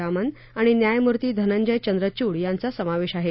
रामन आणि न्यायमूर्ती धनंजय चंद्रचूड यांचा समावेश आहे